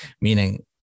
meaning